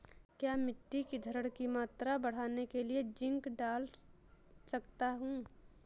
क्या मिट्टी की धरण की मात्रा बढ़ाने के लिए जिंक डाल सकता हूँ?